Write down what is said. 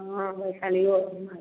हँ वैशालिओ